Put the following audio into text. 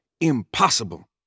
Impossible